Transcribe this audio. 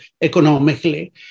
economically